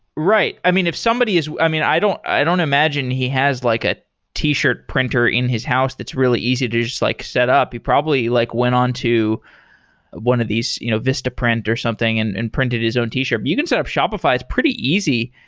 right. i mean, if somebody is i mean, i don't i don't imagine he has like a t shirt printer in his house that's really easy to just like set up. he probably like went on to one of these you know vistaprint, or something and and printed his own t-shirt. but you can set up shopify. it's pretty easy.